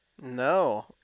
No